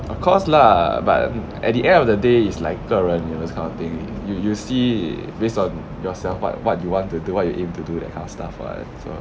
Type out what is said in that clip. of course lah but at the end of the day is like 个人 you know this kind of thing you you'll see based on yourself like what you want to do what you aim to do that kind of stuff [what] so